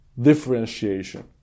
differentiation